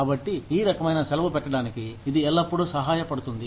కాబట్టి ఈ రకమైన సెలవు పెట్టడానికి ఇది ఎల్లప్పుడూ సహాయపడుతుంది